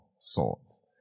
sorts